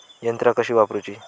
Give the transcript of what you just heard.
यंत्रा कशी वापरूची?